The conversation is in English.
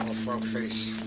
frog face,